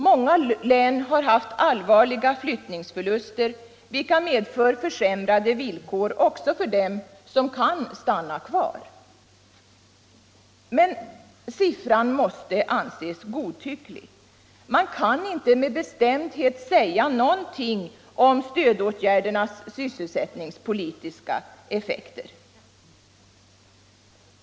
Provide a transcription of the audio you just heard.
Många län har haft allvarliga flyttningsförluster, vilka medför försämrade villkor också för dem som kan stanna kvar. Men siffran måste anses godtycklig. Man kan inte med bestämdhet säga något om stödåtgärdernas sysselsättningspolitiska effekter.